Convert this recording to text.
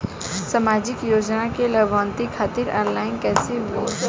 सामाजिक योजना क लाभान्वित खातिर ऑनलाइन कईसे होई?